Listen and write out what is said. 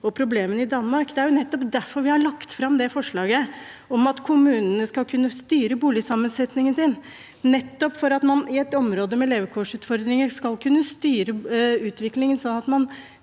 problemene i Danmark. Det er jo derfor vi har lagt fram forslaget om at kommunene skal kunne styre boligsammensetningen sin, nettopp for at man i et område med levekårsutfordringer skal kunne styre utviklingen slik at man